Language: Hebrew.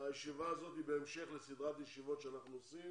הישיבה הזו היא בהמשך לסדרת ישיבות שאנחנו עושים